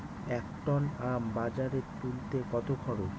এক টন আম বাজারে তুলতে কত খরচ?